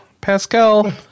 Pascal